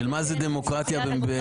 של מה זה דמוקרטיה במפלגה.